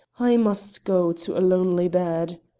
i must go to a lonely bed!